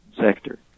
sector